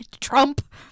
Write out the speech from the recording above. Trump